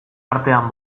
artean